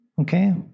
Okay